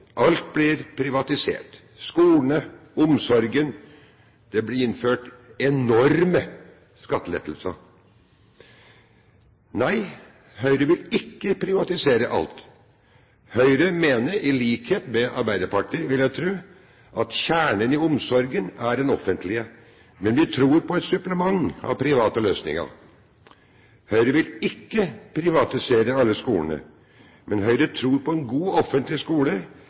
alt blir privatisert – skolene, omsorgen – og at det blir innført enorme skattelettelser. Nei, Høyre vil ikke privatisere alt. Høyre mener, i likhet med Arbeiderpartiet, vil jeg tro, at kjernen i omsorgen er det offentlige, men vi tror på et supplement av private løsninger. Høyre vil ikke privatisere alle skolene. Høyre tror på en god offentlig skole,